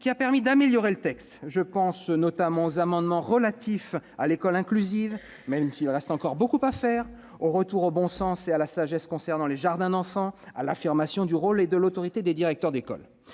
qui a permis d'améliorer le texte. Je pense notamment aux amendements relatifs à l'école inclusive, même s'il reste, en la matière, beaucoup à faire, au retour au bon sens et à la sagesse concernant les jardins d'enfants, à l'affirmation du rôle et de l'autorité des directeurs d'école.